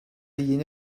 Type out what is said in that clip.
yeni